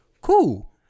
cool